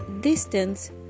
distance